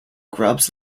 grubs